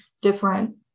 different